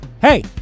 Hey